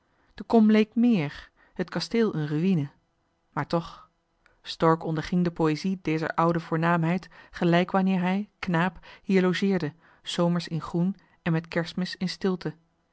kom leek méér het kasteel een ruïne maar toch stork onderging de poëzie dezer oude voornaamheid juist als wanneer hij knaap hier logeerde s zomers in groen en met kerstmis in stilte